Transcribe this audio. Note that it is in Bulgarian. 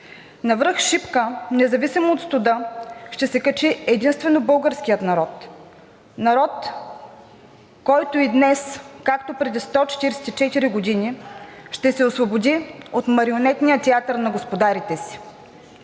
На връх Шипка, независимо от студа, ще се качи единствено българският народ, народ, който и днес, както преди 144 години, ще се освободи от марионетния театър на господарите си.